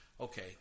Okay